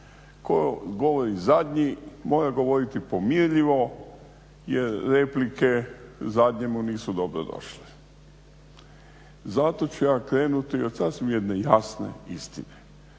tko govori zadnji mora govoriti pomirljivo, jer replike zadnjemu nisu dobro došle. Zato ću ja krenuti od sasvim jedne jasne istine,